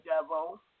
devil